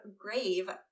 grave